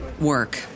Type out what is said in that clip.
work